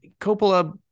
Coppola